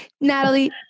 Natalie